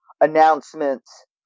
announcements